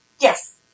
Yes